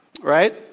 right